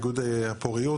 איגוד הפוריות.